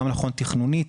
גם נכון תכנונית,